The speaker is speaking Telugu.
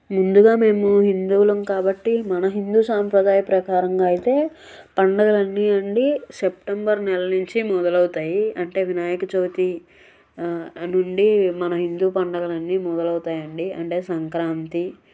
ముందుగా మేము హిందువులం కాబట్టి మన హిందూ సాంప్రదాయ ప్రకారంగా అయితే పండుగలన్నీ అండి సెప్టెంబర్ నెల నుంచి మొదలవుతాయి అంటే వినాయకచవితి నుండి మన హిందూ పండుగలన్నీ మొదలవుతాయండి అంటే సంక్రాంతి